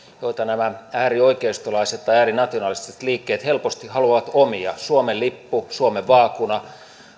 jonka nämä äärioikeistolaiset tai äärinationalistiset liikkeet helposti haluavat omia suomen lippu suomen vaakuna